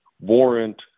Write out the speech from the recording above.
warrant